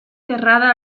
cerrada